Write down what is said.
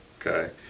okay